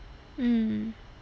mm